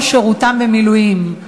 שירותם במילואים".